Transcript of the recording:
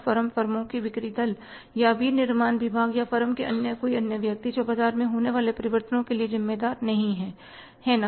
firm फर्मों की बिक्री दल या विनिर्माण विभाग या फर्म के अंदर कोई अन्य व्यक्ति वे बाजार में होने वाले परिवर्तनों के लिए जिम्मेदार नहीं हैं है ना